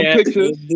pictures